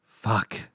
fuck